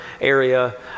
area